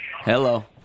Hello